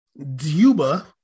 Duba